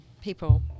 people